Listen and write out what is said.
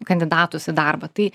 kandidatus į darbą tai